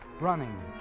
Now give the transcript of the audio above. Running